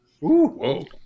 whoa